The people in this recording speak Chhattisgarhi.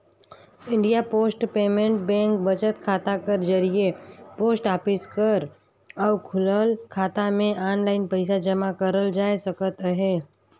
इंडिया पोस्ट पेमेंट बेंक बचत खाता कर जरिए पोस्ट ऑफिस कर अउ खुलल खाता में आनलाईन पइसा जमा करल जाए सकत अहे